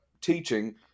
teaching